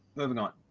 moving on.